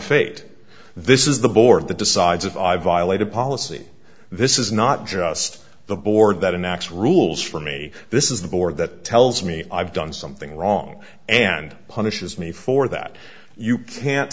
fate this is the board that decides if i violate a policy this is not just the board that in x rules for me this is the board that tells me i've done something wrong and punishes me for that you can't